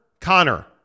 Connor